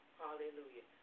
hallelujah